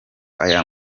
aya